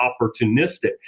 opportunistic